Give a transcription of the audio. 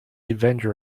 avenger